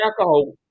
alcohol